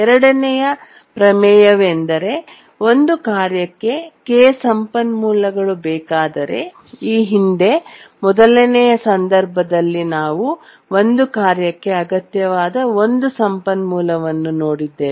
ಎರಡನೆಯ ಪ್ರಮೇಯವೆಂದರೆ ಒಂದು ಕಾರ್ಯಕ್ಕೆ k ಸಂಪನ್ಮೂಲಗಳು ಬೇಕಾದರೆ ಈ ಹಿಂದೆ ಮೊದಲನೆಯ ಸಂದರ್ಭದಲ್ಲಿ ನಾವು ಒಂದು ಕಾರ್ಯಕ್ಕೆ ಅಗತ್ಯವಾದ ಒಂದು ಸಂಪನ್ಮೂಲವನ್ನು ನೋಡಿದ್ದೇವೆ